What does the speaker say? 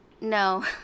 No